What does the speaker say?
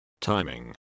timing